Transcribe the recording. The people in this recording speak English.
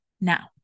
Now